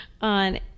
on